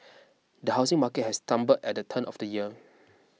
the housing market has stumbled at the turn of the year